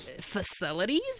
facilities